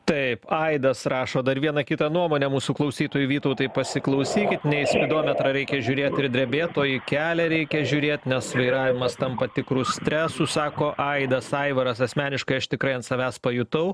taip aidas rašo dar vieną kitą nuomonę mūsų klausytojų vytautai pasiklausyt ne į spidometrą reikia žiūrėt ir drebėt o į kelią reikia žiūrėt nes vairavimas tampa tikru stresu sako aidas aivaras asmeniškai aš tikrai ant savęs pajutau